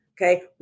Okay